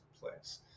place